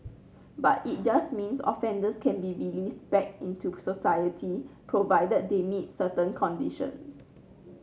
but it just means offenders can be released back into society provided they meet certain conditions